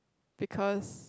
because